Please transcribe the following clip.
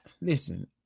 listen